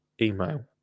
email